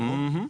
נכון?